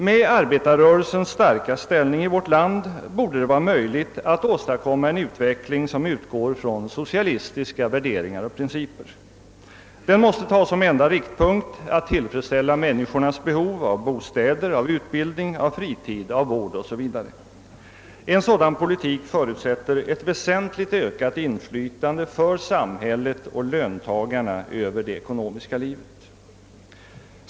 Med arbetarrörelsens starka ställning i vårt land borde det vara möjligt att åstadkomma en utveckling som utgår från socialistiska värderingar och principer. Den måste ta som enda riktpunkt att tillfredsställa människornas behov av bostäder, av utbildning, av fritid, av vård 0. s. v. En sådan politik förutsätter ett väsentligt ökat inflytande för samhället och löntagarna över det ekonomiska livet.